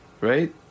right